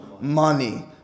money